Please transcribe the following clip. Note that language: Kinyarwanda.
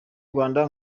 rwanda